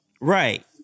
Right